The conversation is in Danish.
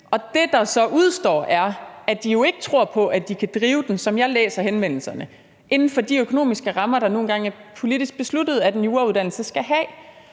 og det, der udestår er, at de jo ikke tror på, at de kan drive den, som jeg læser henvendelserne, inden for de økonomiske rammer, der nu engang er politisk besluttet at en jurauddannelse skal have.